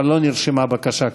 אבל לא נרשמה בקשה כזאת.